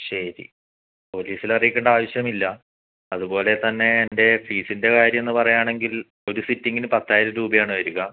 ശരി പോലീസിലറിയിക്കേണ്ട ആവശ്യമില്ല അതുപോലെ തന്നെ എൻ്റെ ഫീസിൻ്റെ കാര്യം എന്നു പറയുകയാണെങ്കിൽ ഒരു സിറ്റിങ്ങിന് പത്തായിരം രൂപയാണ് വരിക